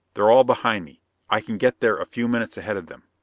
they're all behind me i can get there a few minutes ahead of them.